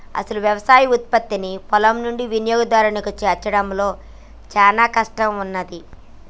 అసలు యవసాయ ఉత్పత్తిని పొలం నుండి వినియోగదారునికి చేర్చడంలో చానా కష్టం ఉన్నాది